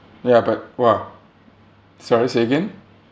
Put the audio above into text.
ya but !wah! sorry say again